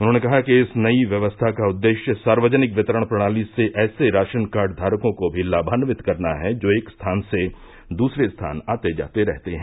उन्होंने कहा कि इस नई व्यवस्था का उद्देश्य सार्वजनिक वितरण प्रणाली से ऐसे राशन कार्ड धारकों को भी लाभान्वित करना है जो एक स्थान से दूसरे स्थान आते जाते रहते हैं